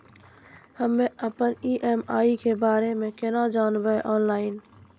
हम्मे अपन ई.एम.आई के बारे मे कूना जानबै, ऑनलाइन?